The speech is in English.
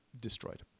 destroyed